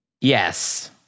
Yes